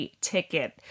ticket